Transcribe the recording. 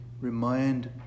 remind